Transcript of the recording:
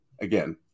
Again